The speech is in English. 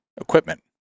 equipment